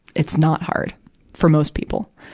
it's not hard for most people.